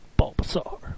Bulbasaur